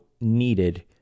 needed